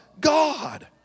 God